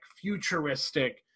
futuristic